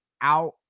out